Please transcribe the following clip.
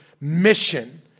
mission